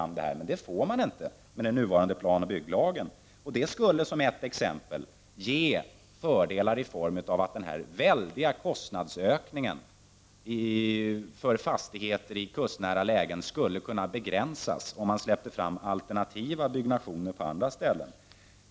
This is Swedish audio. Men med den nuvarande planoch bygglagen får man inte släppa fram dessa hus. Ett exempel på en fördel är att den väldiga kostnadsökningen beträffande fastigheter i kustnära lägen skulle kunna begränsas, om man släppte fram alternativt byggande på andra ställen.